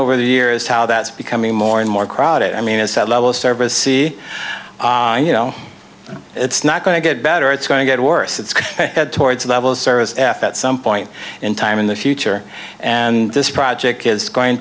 over the years how that's becoming more and more crowded i mean is that level of service see you know it's not going to get better it's going to get worse it's towards a level service at some point in time in the future and this project is going